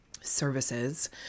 services